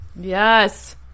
yes